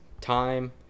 time